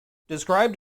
described